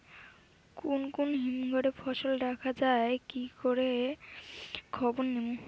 কুন কুন হিমঘর এ ফসল রাখা যায় কি রকম করে খবর নিমু?